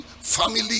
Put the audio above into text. family